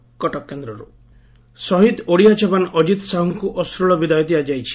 ଶେଷକତ୍ୟ ଶହୀଦ ଓଡ଼ିଆ ଯବାନ ଅଜିତ୍ ସାହୁଙ୍ଙୁ ଅଶ୍ରଳ ବିଦାୟ ଦିଆଯାଇଛି